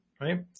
right